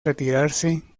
retirarse